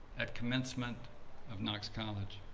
at commencement of knox college.